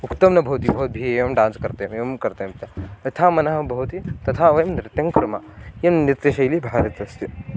उक्तं न भवति भवद्भिः एवं डान्स् कर्तव्यम् एवं कर्तव्यं तथा यथा मनः भवति तथा वयं नृत्यं कुर्मः इयं नृत्यशैली भारतस्य